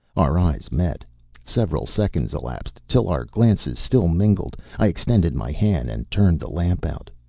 our eyes met several seconds elapsed, till, our glances still mingled, i extended my hand and turned the lamp out.